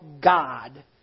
God